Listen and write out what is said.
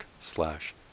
slash